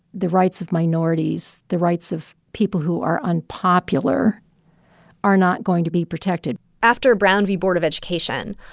the rights of minorities, the rights of people who are unpopular are not going to be protected after brown v. board of education.